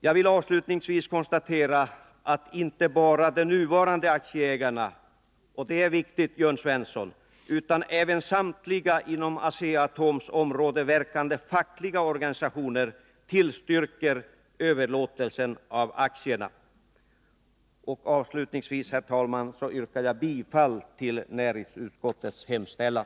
Jag vill avslutningsvis konstatera att inte bara de nuvarande aktieägarna — och det är viktigt, Jörn Svensson — utan även samtliga inom Asea-Atoms område verkande fackliga organisationer tillstyrker överlåtelsen av aktierna. Till sist, herr talman, yrkar jag bifall till näringsutskottets hemställan.